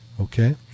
Okay